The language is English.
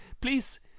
please